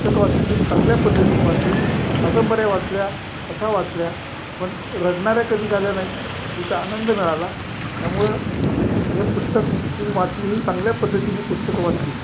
पुस्तकं वाचली ती चांगल्या पद्धतीने वाचली कादंबऱ्या वाचल्या कथा वाचल्या पण रडणाऱ्या कधी झाल्या नाहीत उलटा आनंद मिळाला त्यामुळं हे पुस्तक जी मी वाचली ही चांगल्या पद्धतीनी पुस्तक वाचली